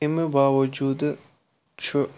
اَمہِ باوجوٗدٕ چھُ